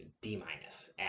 D-minus